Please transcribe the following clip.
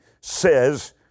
says